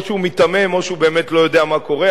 או שהוא מיתמם או שהוא באמת לא יודע מה קורה.